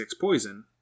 poison